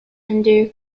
under